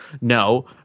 No